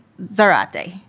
Zarate